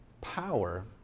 power